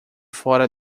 fora